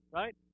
right